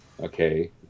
okay